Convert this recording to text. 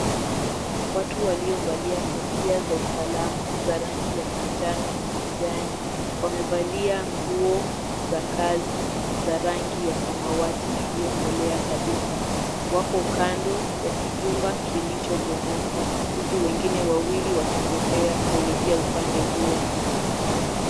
Watu waliovalia kofia za usalama, za rangi ya manjano na kijani, wamevalia nguo za kazi za rangi za samawati iliyokolea kabisa. Wako kando ya kijumba kilichobomoka, huku wengine wawili wakitembea kuelekea upande huo.